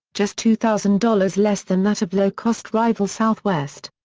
just two thousand dollars less than that of low-cost rival southwest.